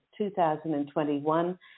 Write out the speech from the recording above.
2021